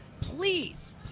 please